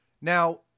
now